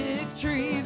Victory